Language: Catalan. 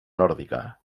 nòrdica